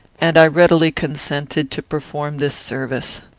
and i readily consented to perform this service.